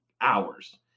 hours